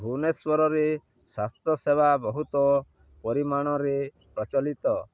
ଭୁବନେଶ୍ୱରରେ ସ୍ୱାସ୍ଥ୍ୟ ସେବା ବହୁତ ପରିମାଣରେ ପ୍ରଚଲିତ